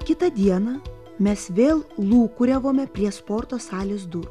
kitą dieną mes vėl lūkuriavome prie sporto salės durų